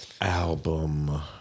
Album